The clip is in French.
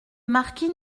marquis